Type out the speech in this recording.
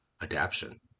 adaption